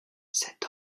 cet